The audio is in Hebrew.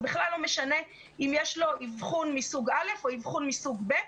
בכלל לא משנה אם יש לו אבחון מסוג א' או אבחון מסוג ב'.